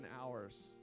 hours